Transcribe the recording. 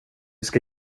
ska